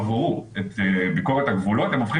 לפעמים אורכת שבועיים האם לא יתאפשר